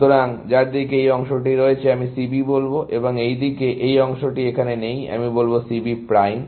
সুতরাং যার দিকে এই অংশটি রয়েছে আমি C B বলবো এবং এই দিকে এই অংশটি এখানে নেই আমি বলবো C B প্রাইম